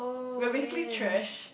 we're basically thrash